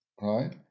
right